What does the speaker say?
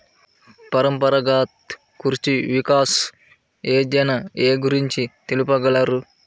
పరంపరాగత్ కృషి వికాస్ యోజన ఏ గురించి తెలుపగలరు?